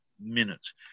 minutes